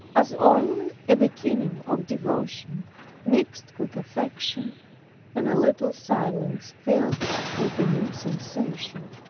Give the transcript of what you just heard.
as only a beginning of devotion mixed with affection and a little silence, filled with a new sensation.